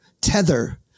tether